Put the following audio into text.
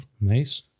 Nice